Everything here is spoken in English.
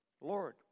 Lord